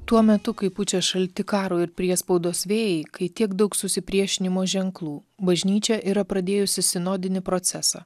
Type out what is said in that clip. tuo metu kai pučia šalti karo ir priespaudos vėjai kai tiek daug susipriešinimo ženklų bažnyčia yra pradėjusi sinodinį procesą